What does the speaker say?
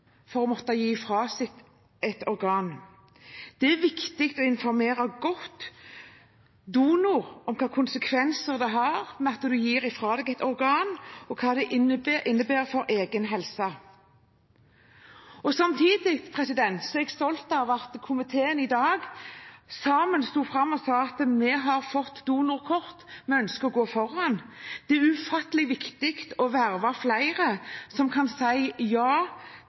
organ. Det er viktig å informere donor godt om hvilke konsekvenser det har at en gir fra seg et organ, og hva det innebærer for egen helse. Samtidig er jeg stolt av at komiteen i dag sto fram sammen og sa at den har fått donorkort, og at den ønsker å gå foran. Det er ufattelig viktig å verve flere som kan si ja